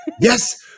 Yes